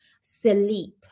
sleep